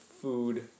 food